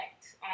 effect